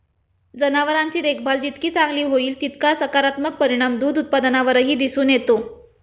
जनावरांची देखभाल जितकी चांगली होईल, तितका सकारात्मक परिणाम दूध उत्पादनावरही दिसून येतो